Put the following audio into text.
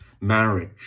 marriage